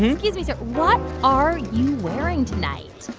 and excuse me, sir. what are you wearing tonight?